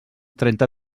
trenta